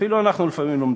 אפילו אנחנו לפעמים לומדים.